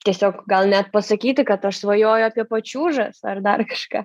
tiesiog gal net pasakyti kad aš svajoju apie pačiūžas ar dar kažką